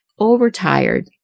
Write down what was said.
Overtired